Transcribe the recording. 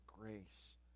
grace